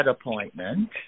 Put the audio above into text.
appointment